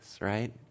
right